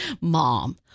Mom